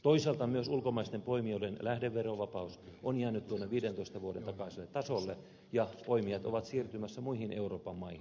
toisaalta myös ulkomaisten poimijoiden lähdeverovapaus on jäänyt tuonne viidentoista vuoden takaiselle tasolle ja poimijat ovat siirtymässä muihin euroopan maihin